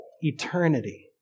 eternity